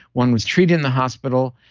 one was treated in the hospital,